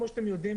כמו שאתם יודעים,